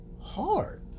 hard